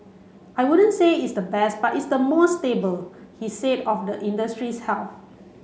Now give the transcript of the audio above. I wouldn't say it's the best but it's the most stable he said of the industry's health